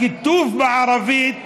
הכיתוב בערבית